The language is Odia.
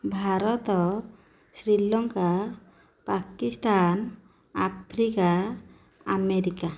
Bharat Sri Lanka Pakistan Africa America